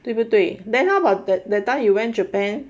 对不对 then how about that that time you went japan